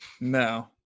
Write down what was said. No